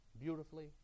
beautifully